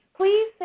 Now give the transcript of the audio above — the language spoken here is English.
Please